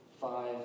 Five